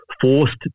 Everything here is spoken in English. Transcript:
forced